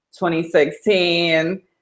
2016